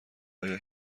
آیا